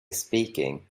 speaking